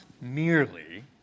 merely